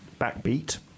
backbeat